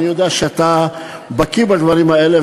אני יודע שאתה בקי בדברים האלה,